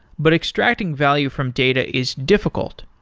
but extracting value from data is difficult,